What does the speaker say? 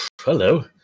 Hello